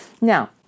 Now